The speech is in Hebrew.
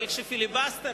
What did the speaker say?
אבל כשפיליבסטר,